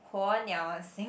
火鸟:Huo Niao sing